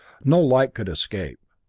no light could escape.